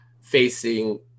facing